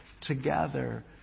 together